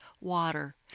water